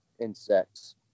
insects